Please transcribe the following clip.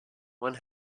one